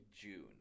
June